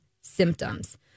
symptoms